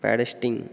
podcasting